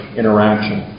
interaction